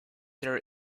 their